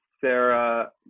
Sarah